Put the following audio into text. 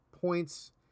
points